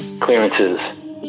clearances